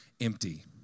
empty